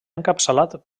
encapçalat